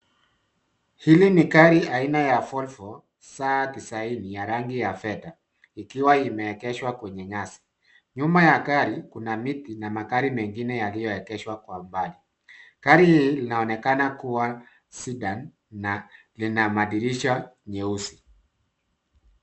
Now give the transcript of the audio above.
Hii ni gari aina ya Volvo saa tisaini ya rangi ya fedha, ikiwa imeegeshwa kwenye nyasi. Nyuma ya gari, kuna miti na magari mengine yaliyoegeshwa kwa mbali. Gari hili linaonekana kua Sedan, na lina madirisha nyeusi.